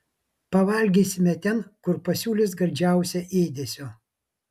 pavalgysime ten kur pasiūlys gardžiausio ėdesio